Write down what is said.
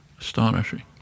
astonishing